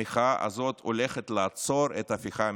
המחאה הזאת הולכת לעצור את ההפיכה המשפטית.